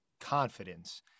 confidence